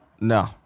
No